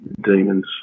Demons